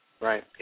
Right